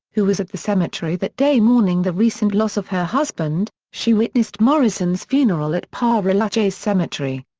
who was at the cemetery that day mourning the recent loss of her husband, she witnessed morrison's funeral at pere lachaise cemetery.